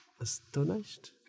astonished